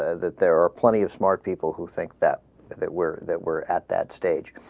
ah that there are plenty of smart people who think that that we're that were at that stage